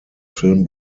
film